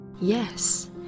Yes